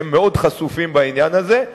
שהם מאוד חשופים בעניין הזה,